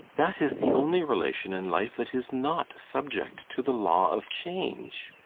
that is the only relation in life that is not subject to the law of change.